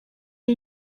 ari